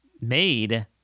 made